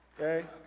Okay